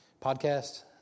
podcast